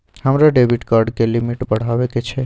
हमरा debit card के limit बढावा के छै